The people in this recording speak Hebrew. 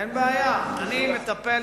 אין בעיה, אני מטפל.